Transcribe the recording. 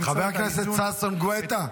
את האיזון --- חבר הכנסת ששון גואטה,